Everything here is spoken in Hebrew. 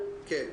כן.